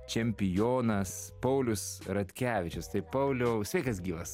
čempionas paulius ratkevičius tai pauliau sveikas gyvas